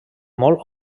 molt